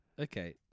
Okay